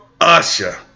Usher